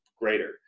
greater